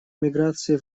миграции